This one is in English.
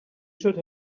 should